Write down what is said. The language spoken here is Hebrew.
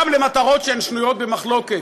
גם למטרות שהן שנויות במחלוקת.